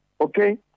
okay